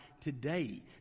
today